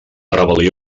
rebel·lió